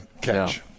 catch